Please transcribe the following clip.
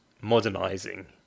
modernizing